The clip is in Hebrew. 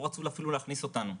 לא רצו אפילו להכניס אותנו.